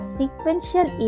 sequential